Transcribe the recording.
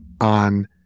on